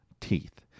teeth